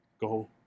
go